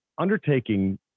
undertaking